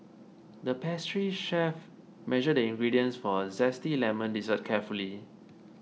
the pastry chef measured the ingredients for a Zesty Lemon Dessert carefully